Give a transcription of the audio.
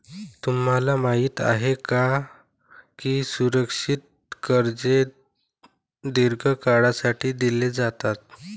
तुम्हाला माहित आहे का की सुरक्षित कर्जे दीर्घ काळासाठी दिली जातात?